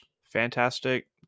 fantastic